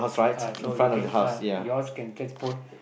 uh so you can uh yours can just put